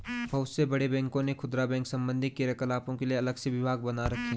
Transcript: बहुत से बड़े बैंकों ने खुदरा बैंक संबंधी क्रियाकलापों के लिए अलग से विभाग बना रखे हैं